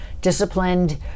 disciplined